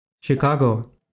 Chicago